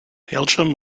hailsham